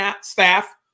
staff